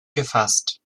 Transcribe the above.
gefasst